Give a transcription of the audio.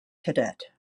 cadet